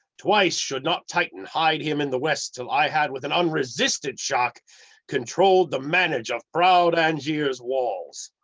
twice should not titan hide him in the west, till i had with an unresisted shock controlled the manage of proud angiers' walls.